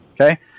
Okay